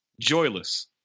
Joyless